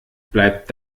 bleibt